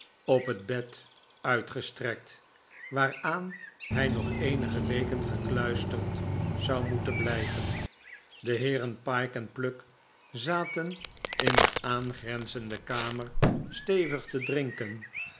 op het bed uitgestrekt waaraan hij nog eenige weken gekluisterd zou moeten blijven de heeren pyke en pluck zaten in de aangrenzende kamer stevig te drinken